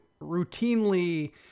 routinely